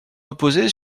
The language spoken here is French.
reposer